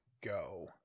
go